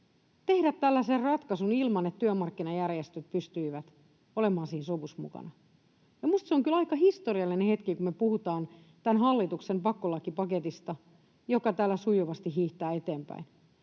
tehdä tällaisen ratkaisun ilman, että työmarkkinajärjestöt pystyivät olemaan siinä sovussa mukana. Minusta se on kyllä aika historiallinen hetki, että kun me puhutaan tämän hallituksen pakkolakipaketista, joka täällä sujuvasti hiihtää eteenpäin,